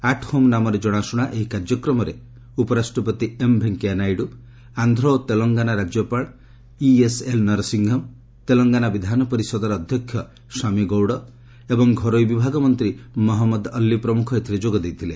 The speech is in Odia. ଆଟ୍ ହୋମ୍ ନାମରେ କ୍ଷାଶୁଣା ଏହି କାର୍ଯ୍ୟକ୍ରମରେ ଉପରାଷ୍ଟ୍ରପତି ଏମ୍ ଭେଙ୍କିୟା ନାଇଡୁ ଆନ୍ଧ୍ର ଓ ତେଲଙ୍ଗାନା ରାଜ୍ୟପାଳ ଇଏସ୍ଏଲ୍ ନରସିଂଙ୍ଘମ୍ ତେଲଙ୍ଗାନା ବିଧାନ ପରିଷଦର ଅଧ୍ୟକ୍ଷ ସ୍ୱାମୀ ଗୌଡ଼ ଏବଂ ଘରୋଇ ବିଭାଗ ମନ୍ତ୍ରୀ ମହମ୍ମଦ ଅଲ୍ଲୀ ପ୍ରମୁଖ ଏଥିରେ ଯୋଗ ଦେଇଥିଲେ